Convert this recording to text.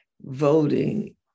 Voting